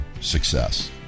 success